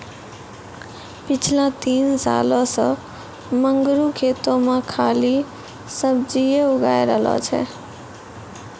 पिछला तीन सालों सॅ मंगरू खेतो मॅ खाली सब्जीए उगाय रहलो छै